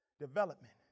development